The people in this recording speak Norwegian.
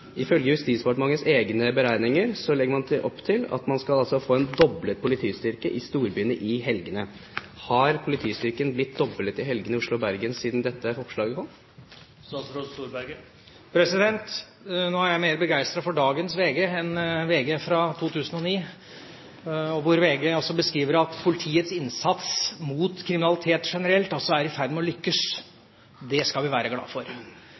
ifølge Justisdepartementets egne beregninger legger man opp til at man skal få en doblet politistyrke i storbyene i helgene. Har politistyrken blitt doblet i helgene i Oslo og Bergen siden dette oppslaget kom? Nå er jeg mer begeistret for dagens VG enn for VG fra 2009. VG skriver i dag at politiet er i ferd med å lykkes med sin innsats mot kriminalitet generelt. Det skal vi være glade for.